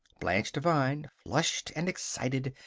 blanche devine, flushed and excited,